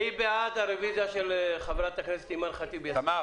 מי בעד הרביזיה של חברת הכנסת אימאן ח'טיב יאסין?